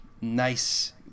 nice